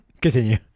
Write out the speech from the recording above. Continue